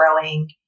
growing